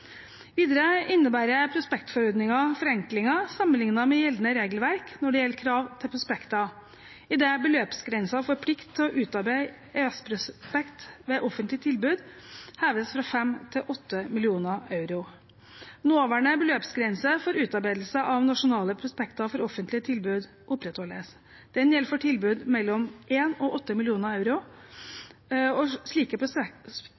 Videre innebærer prospektforordningen forenklinger sammenlignet med gjeldende regelverk når det gjelder krav til prospekter, idet beløpsgrensen for plikt til å utarbeide EØS-prospekter ved offentlige tilbud heves fra 5 mill. til 8 mill. euro. Nåværende beløpsgrense for utarbeidelse av nasjonale prospekter for offentlige tilbud opprettholdes. Den gjelder for tilbud mellom 1 mill. og 8 mill. euro. Slike